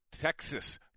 Texas